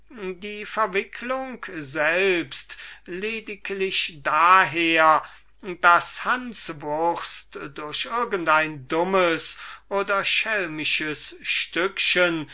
die verwicklung selbst lediglich daher daß hans wurst durch irgend ein dummes oder schelmisches stückchen